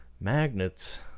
Magnets